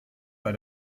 bei